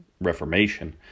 reformation